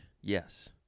Yes